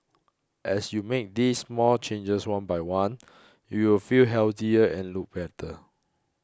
as you make these small changes one by one you will feel healthier and look better